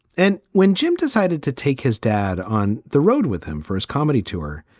and when jim decided to take his dad on the road with him for his comedy tour,